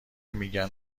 میگن